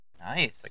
Nice